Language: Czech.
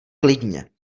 klidně